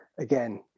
Again